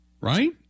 Right